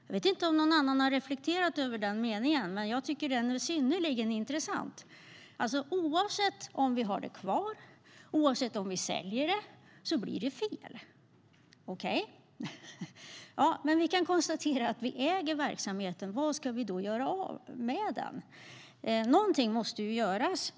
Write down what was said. Jag vet inte om någon annan har reflekterat över den meningen, men jag tycker att den är synnerligen intressant. Det blir fel oavsett om vi har det kvar eller om vi säljer. Okej. Men vi kan konstatera att vi äger verksamheten. Vad ska vi då göra med den? Något måste göras.